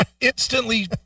instantly